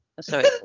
Sorry